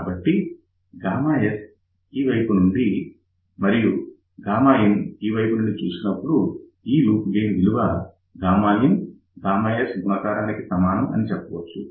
కాబట్టి s ఈ వైపు నుండి మరియు in ఈ వైపు నుండి చూసినప్పుడు ఈ లూప్ గెయిన్ విలువins గుణకారానికి సమానం అని చెప్పవచ్చు